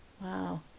Wow